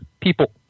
people